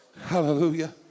Hallelujah